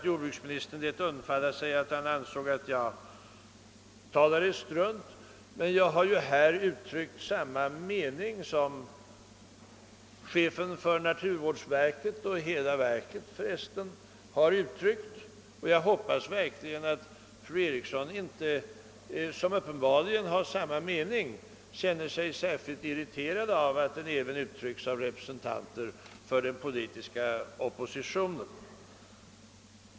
Jordbruksministern lät undfalla sig att han ansåg att jag talade strunt. Men jag har ju här uttryckt samma mening som chefen för naturvårdsverket och för övrigt hela verket har uttryckt. Jag hoppas verkligen att fru Eriksson i Stockholm, som uppenbarligen har samma mening, inte känner sig särskilt irriterad av att den uttrycks även av representanter för den politiska oppositionen.